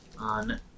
on